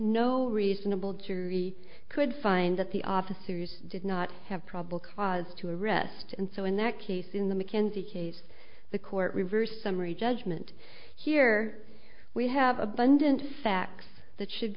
no reasonable jury could find that the officers did not have probable cause to arrest and so in that case in the mackenzie case the court reversed summary judgment here we have abundant facts that should